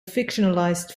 fictionalized